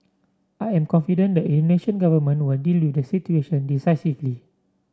I am confident the Indonesian Government will deal with the situation decisively